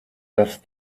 dass